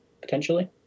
potentially